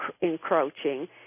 encroaching